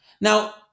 Now